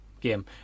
game